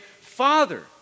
Father